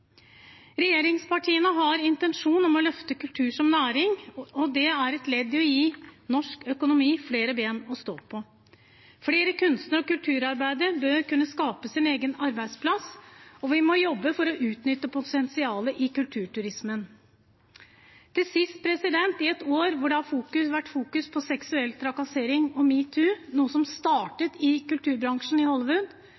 Regjeringspartiene har intensjon om å løfte kultur som næring, og det er et ledd i å gi norsk økonomi flere ben å stå på. Flere kunstnere og kulturarbeidere bør kunne skape sin egen arbeidsplass. Og vi må jobbe for å utnytte potensialet i kulturturismen. Til sist: I et år da det har vært fokus på seksuell trakassering og metoo, noe som